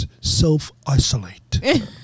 self-isolate